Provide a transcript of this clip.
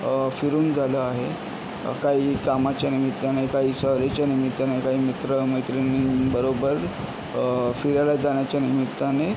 फिरून झालं आहे काही कामाच्या निमित्ताने काही स्वारीच्या निमित्ताने काही मित्रमैत्रिणींबरोबर फिरायला जाण्याच्या निमित्ताने